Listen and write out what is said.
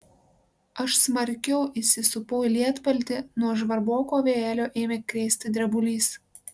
aš smarkiau įsisupau į lietpaltį nuo žvarboko vėjelio ėmė krėsti drebulys